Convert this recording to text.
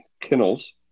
Kennels